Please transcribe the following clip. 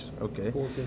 okay